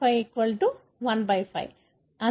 5 11